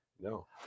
no